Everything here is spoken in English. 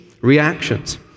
reactions